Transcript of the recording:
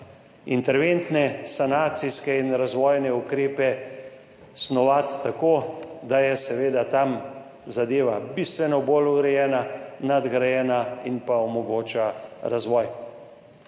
interventne sanacijske in razvojne ukrepe snovati tako, da je seveda tam zadeva bistveno bolj urejena, nadgrajena in omogoča razvoj.